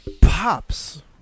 Pops